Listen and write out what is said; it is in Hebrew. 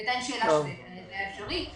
כי הייתה שאלה אם זה אפשרי.